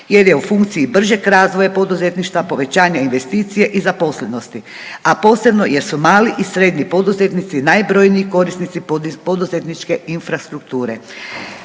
jer je u funkciji bržeg razvoja poduzetništva povećanja investicije i zaposlenosti a posebno jer su mali i srednji poduzetnici najbrojniji korisnici poduzetničke infrastrukture.